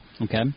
Okay